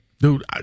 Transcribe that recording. Dude